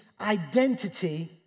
identity